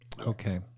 Okay